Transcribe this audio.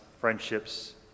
friendships